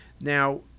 Now